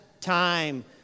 time